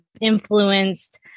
influenced